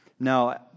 No